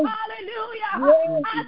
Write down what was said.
Hallelujah